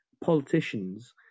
politicians